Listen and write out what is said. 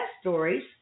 stories